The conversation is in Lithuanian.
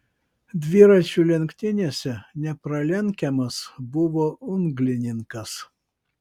dviračių lenktynėse nepralenkiamas buvo unglininkas